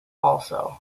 also